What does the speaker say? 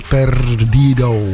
Perdido